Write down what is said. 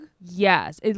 Yes